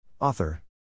Author